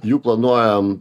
jų planuojam